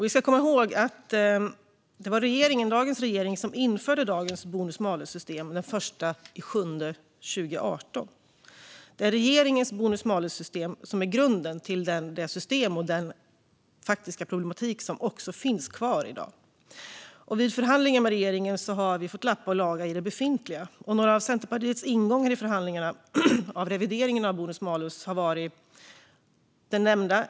Vi ska komma ihåg att det var dagens regering som införde dagens bonus-malus-system den 1 juli 2018, och det är regeringens bonus-malus-system som är grunden till det system och den faktiska problematik som också finns kvar i dag. Vid förhandlingar har vi fått lappa och laga i det befintliga. Några av Centerpartiets ingångar i förhandlingarna av revideringen av bonus-malus har varit de nämnda.